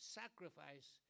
sacrifice